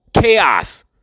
chaos